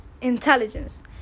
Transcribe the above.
intelligence